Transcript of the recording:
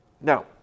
now